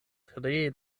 tre